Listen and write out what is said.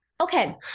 Okay